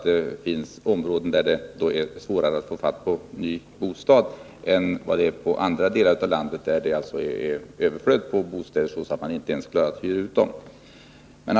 Det finns områden där det är svårare att få en ny bostad än det är i andra delar av landet, där det råder överflöd på bostäder och man inte ens klarar att hyra ut dem.